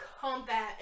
combat